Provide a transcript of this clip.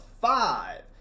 five